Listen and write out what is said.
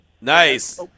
Nice